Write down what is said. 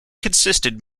consisted